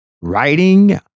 writing